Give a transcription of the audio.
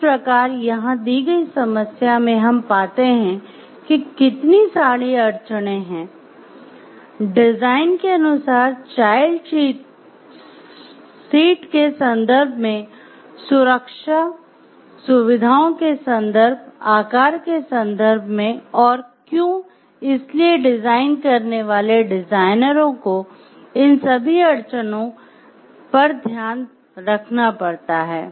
इस प्रकार यहां दी गई समस्या में हम पाते हैं कि कितनी सारी अड़चने हैं डिजाइन के अनुसार चाइल्ड सीट के संदर्भ में सुरक्षा सुविधाओं के संदर्भ आकार के सन्दर्भ में और क्यों इसीलिए डिजाइन करने वाले डिजाइनरों को इन सभी अड़चनों ध्यान रखना पड़ता है